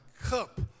cup